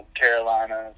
Carolina